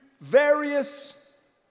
various